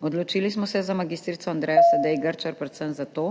Odločili smo se za mag. Andrejo Sedej Grčar predvsem zato,